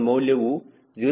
852 ಸಿಗುತ್ತದೆ